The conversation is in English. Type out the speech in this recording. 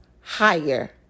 higher